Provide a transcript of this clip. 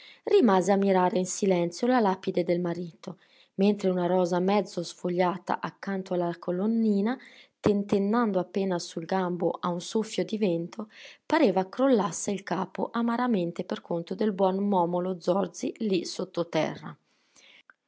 rimase a mirare in silenzio la lapide del marito mentre una rosa mezzo sfogliata accanto alla colonnina tentennando appena sul gambo a un soffio di vento pareva crollasse il capo amaramente per conto del buon momolo zorzi lì